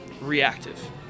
reactive